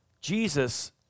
Jesus